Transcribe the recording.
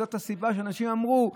וזאת הסיבה שאנשים אמרו: